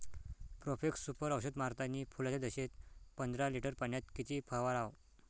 Profex Super औषध मारतानी फुलाच्या दशेत पंदरा लिटर पाण्यात किती फवाराव?